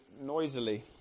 noisily